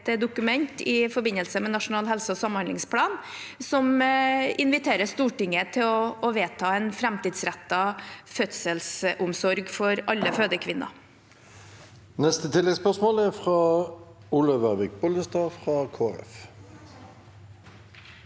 dokument i forbindelse med Nasjonal helse- og samhandlingsplan som inviterer Stortinget til å vedta en framtidsrettet fødselsomsorg for alle fødekvinner. Presidenten Olaug Vervik Bollestad – til